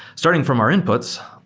starting from our inputs,